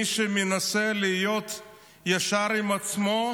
מי שמנסה להיות ישר עם עצמו,